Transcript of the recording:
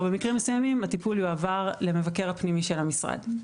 במקרים מסוימים הטיפול יועבר למבקר הפנימי של המשרד.